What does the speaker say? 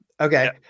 Okay